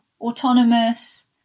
autonomous